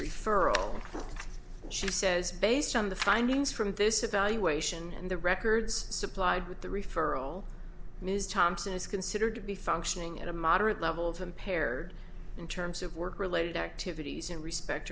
referral she says based on the findings from this evaluation and the records supplied with the referral ms thompson is considered to be functioning at a moderate level to impaired in terms of work related activities in respect